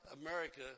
America